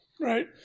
right